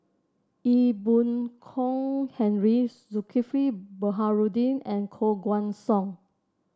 Ee Boon Kong Henry Zulkifli Baharudin and Koh Guan Song